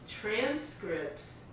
transcripts